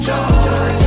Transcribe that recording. Joy